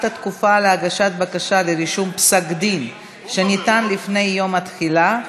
התקופה להגשת בקשה לרישום פסק-דין שניתן לפני יום התחילה),